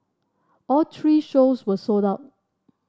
all three shows were sold out